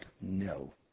no